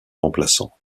remplaçant